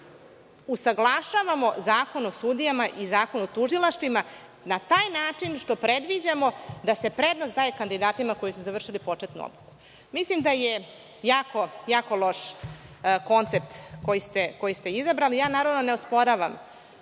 usaglašavamo Zakon o sudijama i Zakon o tužilaštvima na taj način što predviđamo da se prednost daje kandidatima koji su završili početnu obuku. Mislim da je jako loš koncept koji ste izabrali. Naravno, ne osporavam